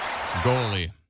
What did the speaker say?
Goalie